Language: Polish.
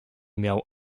miał